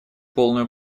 полную